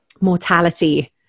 mortality